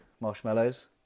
marshmallows